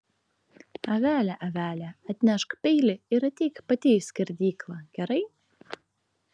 avele avele atnešk peilį ir ateik pati į skerdyklą gerai